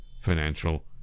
Financial